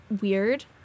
weird